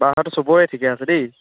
বাহঁতটো চবৰে ঠিকে আছে দেই